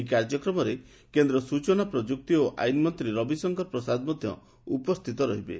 ଏହି କାର୍ଯ୍ୟକ୍ରମରେ କେନ୍ଦ ସୂଚନା ପ୍ରଯୁକ୍ତି ଓ ଆଇନ ମନ୍ତୀ ରବିଶଙ୍କର ପ୍ରସାଦ ମଧ୍ଧ ଉପସ୍ଥିତ ରହିବେ